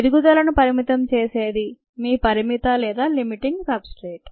ఎదుగుదలను పరిమితం చేసే దే మీ పరిమిత లేదా లిమిటింగ్ సబ్ స్ట్రేట్